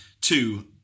Two